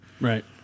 Right